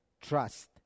trust